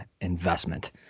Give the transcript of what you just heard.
investment